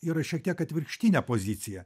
yra šiek tiek atvirkštinė pozicija